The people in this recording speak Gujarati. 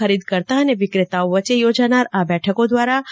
ખરીદકર્તા અને વિક્રેતાઓ વચ્ચે ચોજાનાર આ બેઠકો દ્વારા રૂ